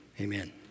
Amen